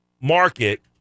market